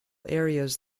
areas